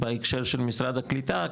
בהקשר של משרד הקליטה,